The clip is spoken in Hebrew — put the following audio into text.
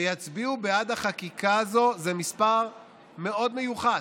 שיצביעו בעד החקיקה הזאת זה מספר מאוד מיוחס,